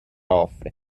offre